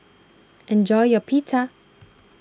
enjoy your Pita